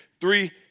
Three